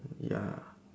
ya